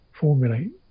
formulate